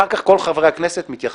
אחר כך כל חברי הכנסת מתייחסים.